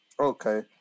Okay